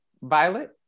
Violet